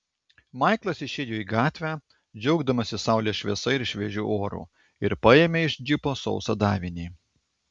maiklas išėjo į gatvę džiaugdamasis saulės šviesa ir šviežiu oru ir paėmė iš džipo sausą davinį